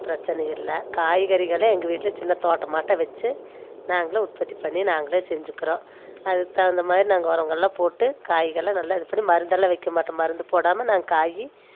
பிரச்சனை இல்லை காய்கறிகளே எங்கள் வீட்டில் சின்ன தோட்டமாட்டம் வச்சு நாங்களே உற்பத்தி பண்ணி நாங்களே செஞ்சுக்கிறோம் அதுக்கு தகுந்த மாதிரி நாங்கள் உரங்கள்லாம் போட்டு காய்கள்லாம் நல்லா இது பண்ணி மருந்தெல்லாம் வைக்கமாட்டோம் மருந்து போடாமல் நாங்கள் காய்